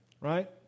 right